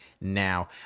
now